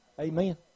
Amen